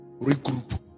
regroup